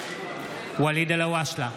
ואליד אלהואשלה,